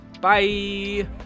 Bye